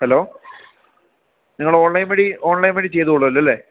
hello നിങ്ങൾ online വഴി online വഴി ചെയ്തുകൊള്ളുമല്ലോ അല്ലേ